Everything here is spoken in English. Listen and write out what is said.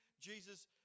Jesus